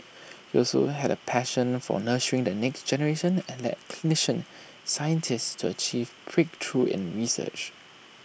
he also had A passion for nurturing the next generation and led clinician scientists to achieve breakthroughs in research